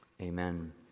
amen